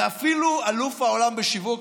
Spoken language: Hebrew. ואפילו אלוף העולם בשיווק,